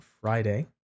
Friday